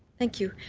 thank you.